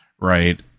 right